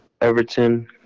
Everton